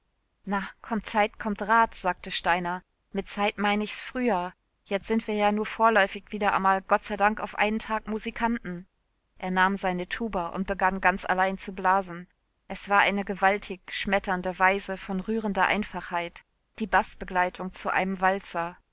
na kommt zeit kommt rat sagte steiner mit zeit meine ich s frühjahr jetzt sind wir ja nu vorläufig wieder amal gott sei dank auf einen tag musikanten er nahm seine tuba und begann ganz allein zu blasen es war eine gewaltig schmetternde weise von rührender einfachheit die baßbegleitung zu einem walzer